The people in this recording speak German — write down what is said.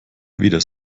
weder